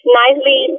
nicely